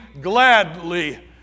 gladly